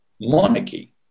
monarchy